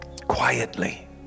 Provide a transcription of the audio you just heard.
quietly